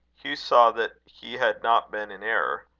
hugh saw that he had not been in error.